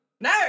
no